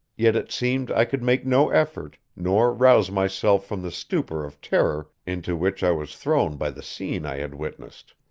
yet it seemed i could make no effort, nor rouse myself from the stupor of terror into which i was thrown by the scene i had witnessed.